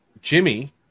Jimmy